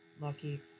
Lucky